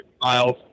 miles